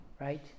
Right